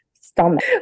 stomach